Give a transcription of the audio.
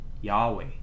Yahweh